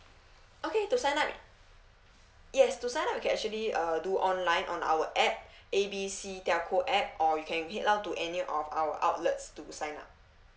okay to sign up yes to sign up you can actually uh do online on our app A B C telco app or you can head down to any of our outlets to sign up